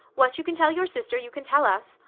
what you can tell your sister you can tell us.